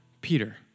Peter